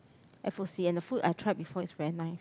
f_o_c and the food I tried before is very nice